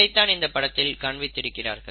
இதைத்தான் இந்த படத்தில் காண்பித்திருக்கிறார்கள்